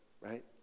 right